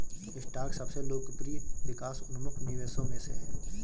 stock सबसे लोकप्रिय विकास उन्मुख निवेशों में से है